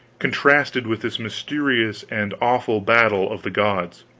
contrasted with this mysterious and awful battle of the gods.